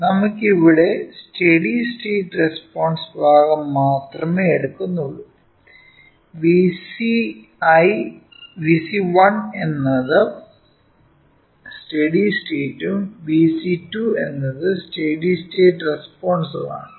നമ്മൾ ഇവിടെ steady state response ഭാഗം മാത്രമേ എടുക്കുന്നുള്ളു Vc1 എന്നത് സ്റ്റെഡി സ്റ്റേറ്റും Vc2 എന്നത് സ്റ്റെഡി സ്റ്റേറ്റ് റെസ്പോൺസും ആണ്